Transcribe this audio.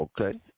Okay